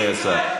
ממלכתית.